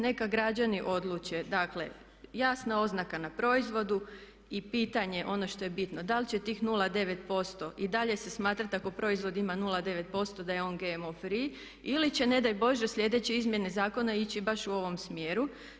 Neka građani odluče, dakle jasna oznaka na proizvodu i pitanje ono što je bitno da li će tih 0,9% i dalje se smatrati ako proizvod ima 0,9% da je on GMO free ili će ne daj Bože sljedeće izmjene zakona ići baš u ovom smjeru?